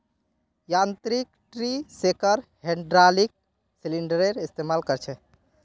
यांत्रिक tree shaker hydraulic सिलिंडरेर इस्तेमाल कर छे